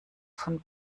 von